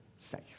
safe